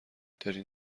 دارین